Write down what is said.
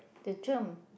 the germ